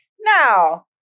Now